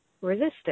resistance